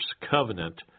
covenant